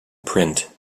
print